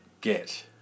get